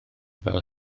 fel